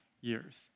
years